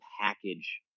package